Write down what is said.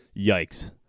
yikes